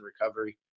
recovery